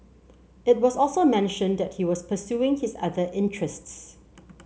it was also mentioned that he was pursuing his other interests